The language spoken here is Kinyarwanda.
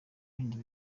bindi